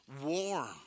warm